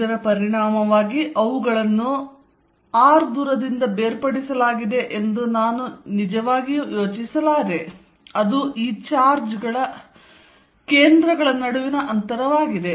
ಇದರ ಪರಿಣಾಮವಾಗಿ ಅವುಗಳನ್ನು ದೂರದಿಂದ ಬೇರ್ಪಡಿಸಲಾಗಿದೆ ಎಂದು ನಾನು ನಿಜವಾಗಿಯೂ ಯೋಚಿಸಲಾರೆ ಅದು ಈ ಚಾರ್ಜ್ನ ಕೇಂದ್ರಗಳ ನಡುವಿನ ಅಂತರವಾಗಿದೆ